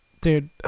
Dude